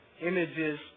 images